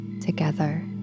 together